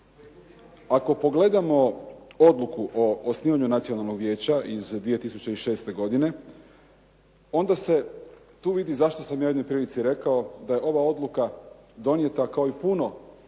ako pogledamo Odluku o osnivanju Nacionalnog vijeća iz 2006. godine, onda se tu vidi zašto sam ja u jednoj prilici rekao da je ova odluka donijeta kao i puno